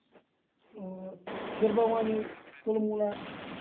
اور کھیٖر بَوانی تُلمُلا